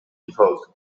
deposed